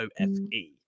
ofe